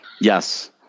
Yes